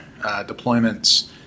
deployments